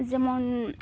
ᱡᱮᱢᱚᱱ